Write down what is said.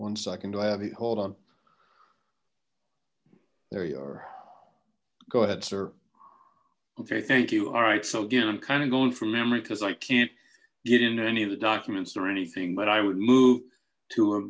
heat hold on there you are go ahead sir okay thank you alright so again i'm kind of going from memory because i can't get into any of the documents or anything but i would move to a